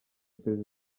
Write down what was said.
perezida